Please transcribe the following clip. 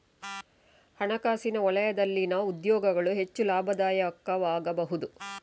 ಹಣಕಾಸಿನ ವಲಯದಲ್ಲಿನ ಉದ್ಯೋಗಗಳು ಹೆಚ್ಚು ಲಾಭದಾಯಕವಾಗಬಹುದು